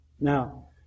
Now